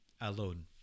alone